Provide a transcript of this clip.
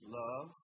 love